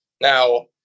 Now